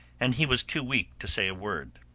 and he was too weak to say a word.